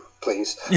please